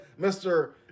Mr